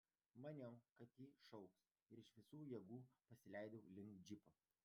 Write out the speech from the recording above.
maniau kad ji šauks ir iš visų jėgų pasileidau link džipo